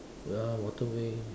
ya lah waterway